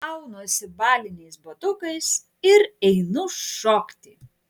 aunuosi baliniais batukais ir einu šokti